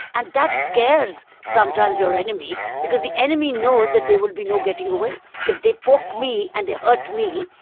and that scares sometimes your enemy, because the enemy knows that there will be no getting away if they poke me and they hurt me,